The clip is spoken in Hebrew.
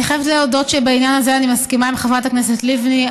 אני חייבת להודות שבעניין הזה אני מסכימה עם חברת הכנסת לבני.